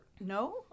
No